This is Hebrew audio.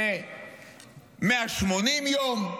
ל-180 יום?